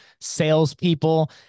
salespeople